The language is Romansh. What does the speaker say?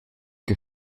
che